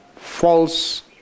false